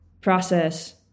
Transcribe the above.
process